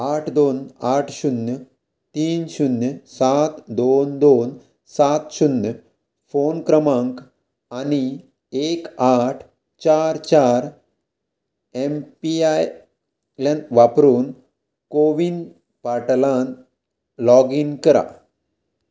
आठ दोन आठ शुन्य तीन शुन्य सात दोन दोन सात शुन्य फोन क्रमांक आनी एक आठ चार चार एम पी आय एन वापरून कोविन पार्टलांत लॉगीन करा